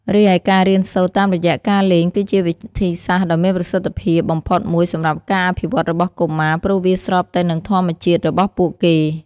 រីឯការរៀនសូត្រតាមរយៈការលេង គឺជាវិធីសាស្ត្រដ៏មានប្រសិទ្ធភាពបំផុតមួយសម្រាប់ការអភិវឌ្ឍរបស់កុមារ ព្រោះវាស្របទៅនឹងធម្មជាតិរបស់ពួកគេ។